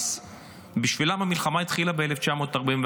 אז בשבילם המלחמה התחילה ב-1941,